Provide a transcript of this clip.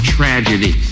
tragedy